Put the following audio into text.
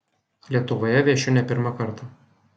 lietuvoje viešiu ne pirmą kartą